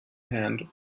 hand